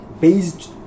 based